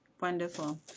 Wonderful